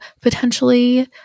potentially